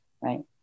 right